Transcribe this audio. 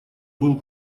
был